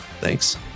Thanks